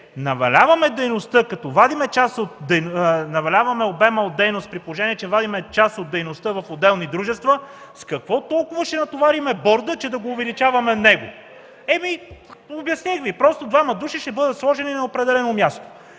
положение че намаляваме обема от дейност, при положение че вадим част от дейността в отделни дружества, с какво толкова ще натоварим борда, за да го увеличаваме? Обясних Ви – просто двама души ще бъдат сложени на определено място.